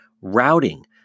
routing